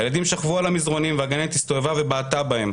הילדים שכבו על המזרונים והגננת הסתובבה ובעטה בהם.